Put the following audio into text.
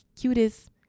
cutest